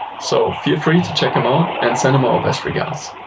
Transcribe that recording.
so feel free to check him out and send him our best regards.